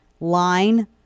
line